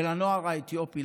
ולנוער האתיופי.